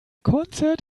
concert